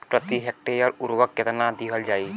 प्रति हेक्टेयर उर्वरक केतना दिहल जाई?